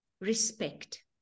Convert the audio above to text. respect